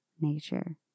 nature